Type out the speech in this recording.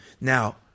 Now